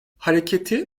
hareketi